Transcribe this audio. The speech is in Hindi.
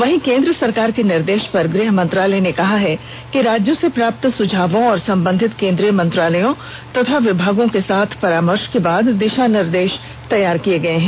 वहीं केंद्र सरकार के निर्देश पर गृह मंत्रालय ने कहा है कि राज्यों से प्राप्त सुझावों और संबंधित केंद्रीय मंत्रालयों तथा विभागों के साथ परामर्श के बाद दिशा निर्देश तैयार किए गए हैं